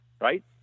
right